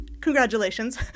congratulations